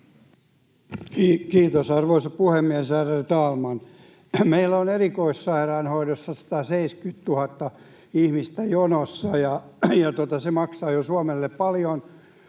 Kiitos, arvoisa puhemies, ärade talman! Meillä on erikoissairaanhoidossa 170 000 ihmistä jonossa, ja se maksaa jo Suomelle paljon,